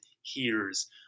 hears